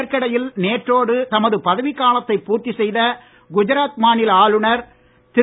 இதற்கிடையில் நேற்றோடு தமது பதவிக்காலத்தை பூர்த்தி செய்த குஜராத் மாநில ஆளுநர் திரு